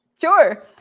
Sure